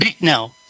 no